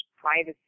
privacy